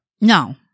No